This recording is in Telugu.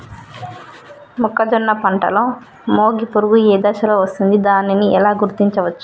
మొక్కజొన్న పంటలో మొగి పురుగు ఏ దశలో వస్తుంది? దానిని ఎలా గుర్తించవచ్చు?